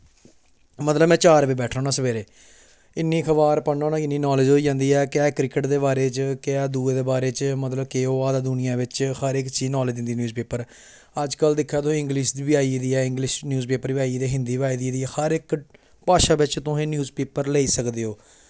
मतलब में चार बजे बैठना होना सबैह्रे इ'न्नी अखबार पढ़ना होना इ'न्नी नॉलेज होई जंदी ऐ क्रिकेट दे बारे च क्या दूऐ दे बारे च मतलब केह् होआ दा दुनिया बिच हर इक चीज दी नॉलेज दिंदी न्यूज़ पेपर अज्ज कल दिक्खेओ तुस इंग्लिश दी बी आई गेदी ऐ इंग्लिश न्यूज़ पेपर बी आई दे हिन्दी आई बी गेदी ऐ हर इक भाशा बिच तुसें न्यूज़ पेपर लेई सकदे हो